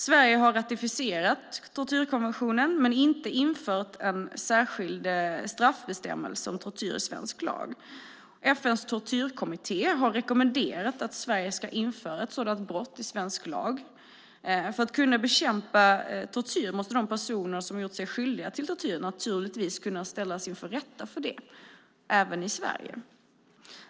Sverige har ratificerat tortyrkonventionen men inte infört en särskild straffbestämmelse om tortyr i svensk lag. FN:s tortyrkommitté har rekommenderat att Sverige ska införa ett sådant brott i svensk lag. För att kunna bekämpa tortyr måste de personer som har gjort sig skyldiga till det naturligtvis kunna ställas inför rätta för det, även i Sverige.